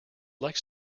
likes